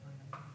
גבתה.